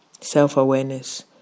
self-awareness